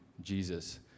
Jesus